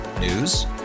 News